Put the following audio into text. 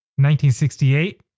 1968